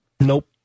Nope